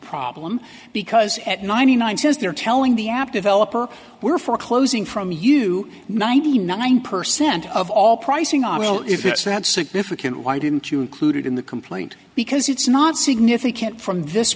problem because at ninety nine says they're telling the app developer we're foreclosing from you ninety nine percent of all pricing are well if it's not significant why didn't you included in the complaint because it's not significant from this